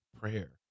prayer